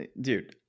dude